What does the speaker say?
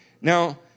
Now